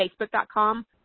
facebook.com